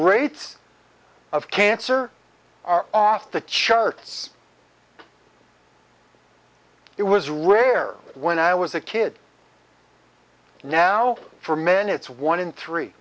rates of cancer are off the charts it was rare when i was a kid now for men it's one in three